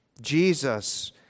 Jesus